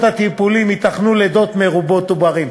הטיפולים ייתכנו לידות מרובות עוברים.